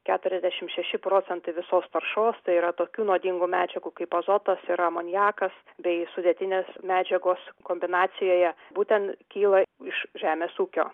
keturiasdešimt šeši procentai visos taršos tai yra tokių nuodingų medžiagų kaip azotas ir amoniakas bei sudėtinės medžiagos kombinacijoje būtent kyla iš žemės ūkio